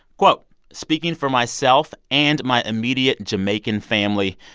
quote, speaking for myself and my immediate jamaican family,